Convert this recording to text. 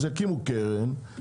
אז יקימו קרן,